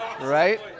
Right